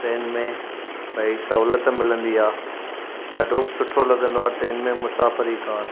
train में भई सहुलियत मिलंदी थे ॾाढो सुठो लॻंदो आहे ट्रेन में मुसाफ़िरी करणु